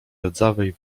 rdzawej